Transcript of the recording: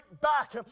back